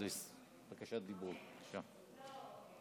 חבריי חברי הכנסת החרדים, לא הבנתי.